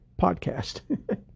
podcast